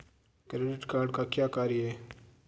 Credit card का क्या कार्य है?